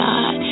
God